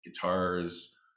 guitars